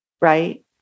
right